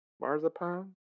marzipan